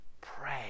Pray